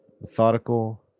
methodical